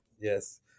yes